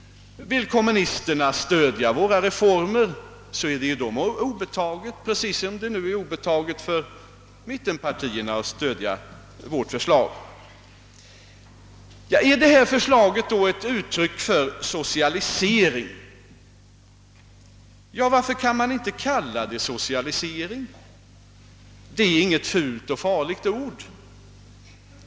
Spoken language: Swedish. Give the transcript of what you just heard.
Vill kommunisterna stödja våra reformer är det dem obetaget, precis som det är mittenpartierna obetaget att stödja våra förslag. Är detta förslag då ett uttryck för socialisering? Ja, varför kan man inte kalla det socialisering? Detta är inte något fult och farligt ord.